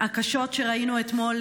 הקשות שראינו אתמול,